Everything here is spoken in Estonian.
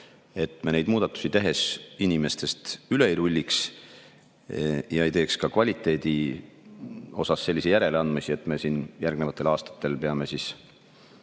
et me neid muudatusi tehes inimestest üle ei rulliks ja ei teeks ka kvaliteedis selliseid järeleandmisi, et me järgnevatel aastatel peaksime